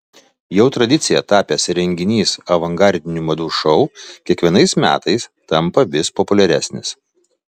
jau tradicija tapęs renginys avangardinių madų šou kiekvienais metais tampa vis populiaresnis